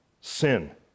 sin